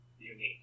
unique